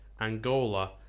Angola